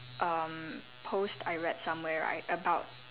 um post I read somewhere right about